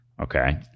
okay